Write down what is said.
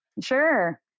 Sure